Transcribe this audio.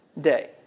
day